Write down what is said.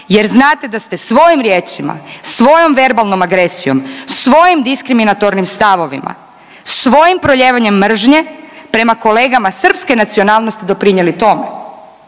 jer znate da ste svojim riječima, svojom verbalnom agresijom, svojim diskriminatornim stavovima, svojim prolijevanjem mržnje prema kolegama srpske nacionalnosti doprinijeli tome?